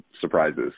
surprises